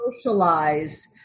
socialize